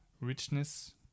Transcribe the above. richness